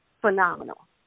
phenomenal